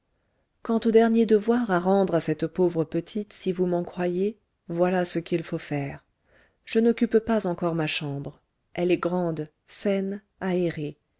quant aux derniers devoirs à rendre à cette pauvre petite si vous m'en croyez voilà ce qu'il faut faire je n'occupe pas encore ma chambre elle est grande saine aérée